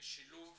לשילוב